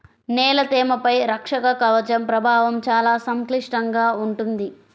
నేల తేమపై రక్షక కవచం ప్రభావం చాలా సంక్లిష్టంగా ఉంటుంది